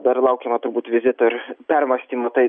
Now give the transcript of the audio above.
dar laukiama turbūt vizito ir permąstymų tai